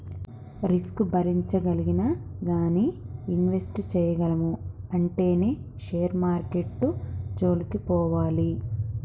risk భరించగలిగినా గానీ invest చేయగలము అంటేనే షేర్ మార్కెట్టు జోలికి పోవాలి